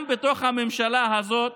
גם בתוך הממשלה הזאת,